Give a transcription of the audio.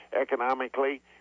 economically